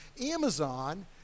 Amazon